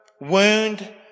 wound